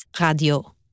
radio